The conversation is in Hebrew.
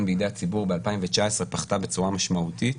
בידי הציבור ב-2019 פחתה בצורה משמעותית.